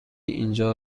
اینجا